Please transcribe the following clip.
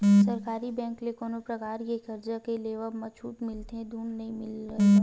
सरकारी बेंक ले कोनो परकार के करजा के लेवब म छूट मिलथे धून नइ मिलय गा?